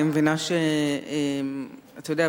אתה יודע,